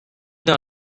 d’un